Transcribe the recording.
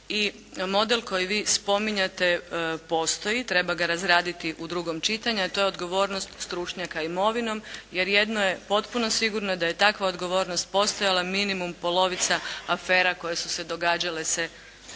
model koji vi spominjete postoji, treba ga razraditi u drugom čitanju, a to je odgovornost stručnjaka imovinom, jer jedno je potpuno sigurno da je takva odgovornost postojala minimum, polovica afera koje su se događale se ne